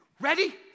ready